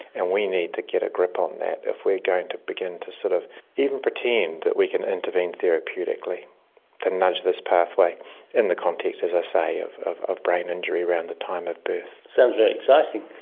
and we need to get a grip on that if we are going to begin to sort of even pretend that we can intervene therapeutically to nudge this pathway in the context, as i say, of of brain injury around the time of birth sounds very exciting.